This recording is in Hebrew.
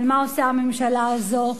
אבל מה עושה הממשלה הזאת?